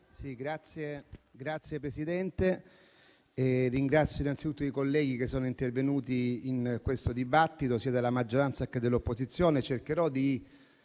Signor Presidente, ringrazio innanzitutto i colleghi che sono intervenuti in questo dibattito, sia della maggioranza che dell'opposizione.